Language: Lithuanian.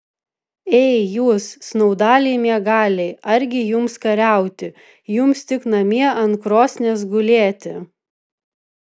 ei jūs snaudaliai miegaliai argi jums kariauti jums tik namie ant krosnies gulėti